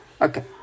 Okay